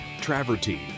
travertine